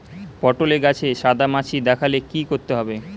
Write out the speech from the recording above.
পটলে গাছে সাদা মাছি দেখালে কি করতে হবে?